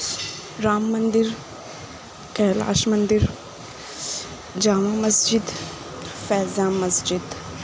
Ram Mandir Kailash Mandir Jama Masjid Faiz Aam Masjid